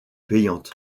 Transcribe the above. payante